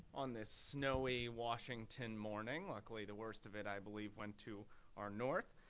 on this snowy washington morning. luckily, the worst of it i believe went to our north.